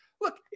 look